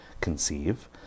conceive